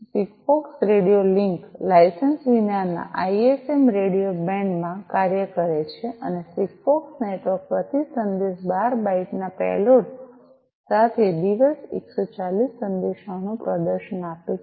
Sigfox radio link licence વિનાના ISM radio band માં કાર્ય કરે છે અને સિગફોક્સ નેટવર્ક પ્રતિ સંદેશ 12 બાઈટ ના પેલોડ સાથે પ્રતિ દિવસ 140 સંદેશાઓનું પ્રદર્શન આપે છે